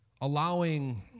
Allowing